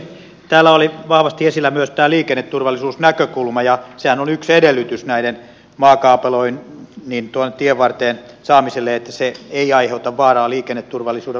täällä oli vahvasti esillä myös liikenneturvallisuusnäkökulma ja sehän on yksi edellytys maakaapeloinnin tienvarteen saamiselle että se ei aiheuta vaaraa liikenneturvallisuudelle